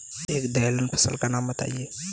एक दलहन फसल का नाम बताइये